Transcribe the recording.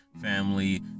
family